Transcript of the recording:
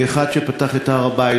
כאחד שפתח את הר-הבית,